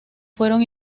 fueron